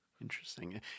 Interesting